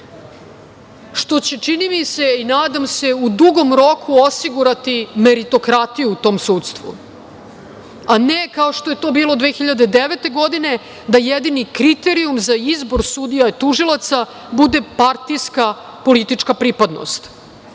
što će čini mi se i nadam se, u dugom roku osigurati meritokratiju tom sudstvu, a ne kao što je bilo 2009. godine, da jedini kriterijum za izbor sudija i tužilaca bude partijska politička pripadnost,